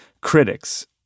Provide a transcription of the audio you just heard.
critics